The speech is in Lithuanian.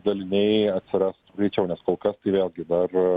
daliniai atsirastų greičiau nes kol kas tai vėlgi dar